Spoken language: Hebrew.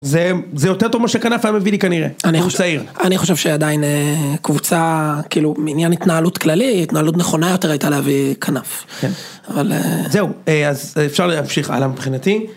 זה יותר טוב מה שקנאפ היה מביא לי כנראה, והוא צעיר. אני חושב שעדיין קבוצה כאילו מעניין התנהלות כללי, התנהלות נכונה יותר הייתה להביא קנאפ, זהו אז אפשר להמשיך הלאה מבחינתי.